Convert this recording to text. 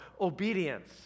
obedience